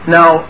Now